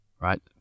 right